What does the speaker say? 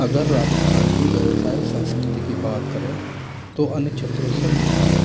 अगर राजस्थान की व्यवसाय संस्कृति की बात करें तो अन्य क्षेत्रों से भिन्न है